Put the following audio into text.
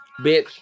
Bitch